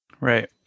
Right